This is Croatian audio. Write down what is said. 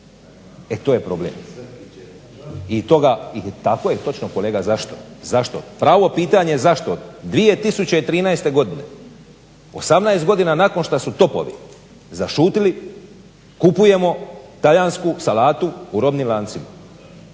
E to je problem i toga, i tako je točno kolega zašto, pravo pitanje je zašto. 2013. godine 18 godina nakon šta su topovi zašutili kupujemo talijansku salatu u robnim lancima.